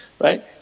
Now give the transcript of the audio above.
right